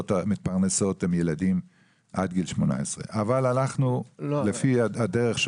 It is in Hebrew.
המתפרנסות הם ילדים עד גיל 18 אבל הלכנו לפי הדרך של